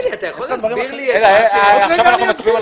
אדוני, צריך להצביע על